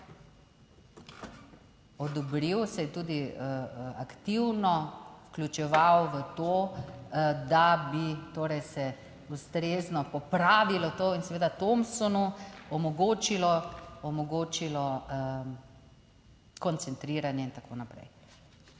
odobril, se je tudi aktivno vključeval v to, da bi torej se ustrezno popravilo to in seveda Thompsonu omogočilo, omogočilo koncentriranje in tako naprej.